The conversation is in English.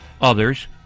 others